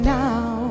now